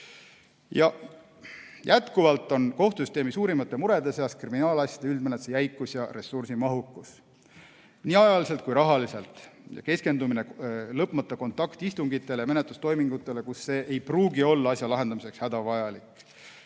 Jätkuvalt on kohtusüsteemi suurimate murede seas kriminaalasjade üldmenetluse jäikus ja ressursimahukus nii ajaliselt kui rahaliselt, keskendumine lõpmatutele kontaktistungitele, menetlustoimingutele, kus see ei pruugi olla asja lahendamiseks hädavajalik.